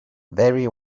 very